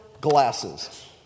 glasses